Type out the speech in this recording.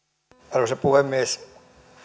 arvoisa puhemies